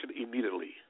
immediately